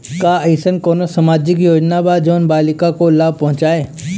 का अइसन कोनो सामाजिक योजना बा जोन बालिकाओं को लाभ पहुँचाए?